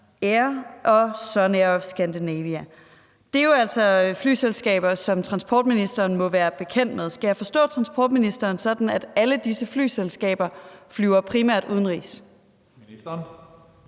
Sun-Air of Scandinavia. Det er jo altså flyselskaber, som transportministeren må være bekendt med. Skal jeg forstå transportministeren sådan, at alle disse flyselskaber primært flyver udenrigs?